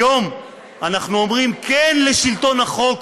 היום אנחנו אומרים כן לשלטון החוק,